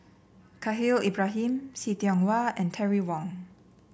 Khalil Ibrahim See Tiong Wah and Terry Wong